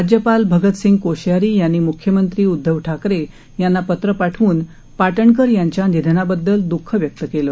राज्यपाल भगतसिंह कोश्यारी यांनी मुख्यमंत्री उदधव ठाकरे यांना पत्र पाठवून पाटणकर यांच्या निधनाबद्दल द्रःख व्यक्त केलं